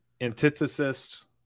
antithesis